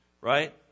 right